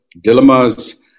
dilemmas